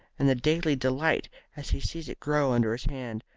and the daily delight as he sees it grow under his hand,